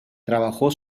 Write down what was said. trabajó